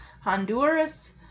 Honduras